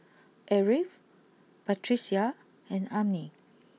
Ariff Batrisya and Ummi